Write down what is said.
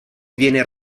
viene